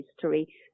history